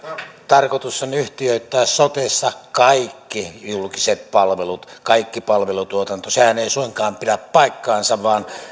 tarkoitus on yhtiöittää sotessa kaikki julkiset palvelut kaikki palvelutuotanto sehän ei suinkaan pidä paikkaansa vaan